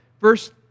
verse